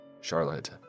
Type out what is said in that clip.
Charlotte